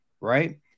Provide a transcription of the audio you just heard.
right